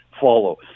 follow